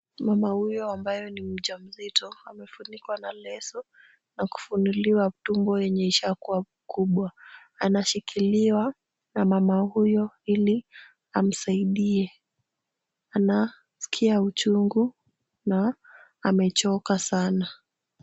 Mama huyo ambaye ni mjamzito, amefunikwa na leso na kufunuliwa tumbo yenye ishakuwa kubwa. Anashikiliwa na mama huyo ili amsaidie, anaskia uchungu na amechoka sana.